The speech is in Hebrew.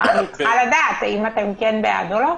אני צריכה לדעת אם אתם בעד או לא.